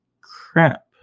crap